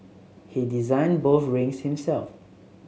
he designed both rings himself